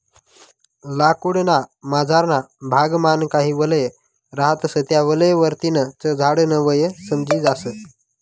लाकूड ना मझारना भाग मान काही वलय रहातस त्या वलय वरतीन च झाड न वय समजी जास